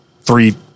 three